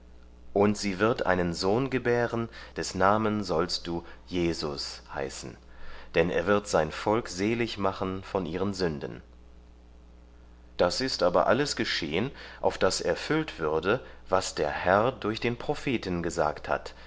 und sie wird einen sohn gebären des namen sollst du jesus heißen denn er wird sein volk selig machen von ihren sünden das ist aber alles geschehen auf daß erfüllt würde was der herr durch den propheten gesagt hat